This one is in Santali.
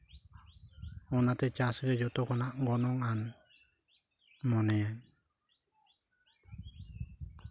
ᱚᱱᱟᱛᱮ ᱪᱟᱥ ᱜᱮ ᱡᱚᱛᱚ ᱠᱷᱚᱱᱟᱜ ᱜᱚᱱᱚᱝᱼᱟᱱ ᱢᱚᱱᱮᱭᱟ